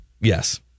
Yes